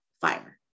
fire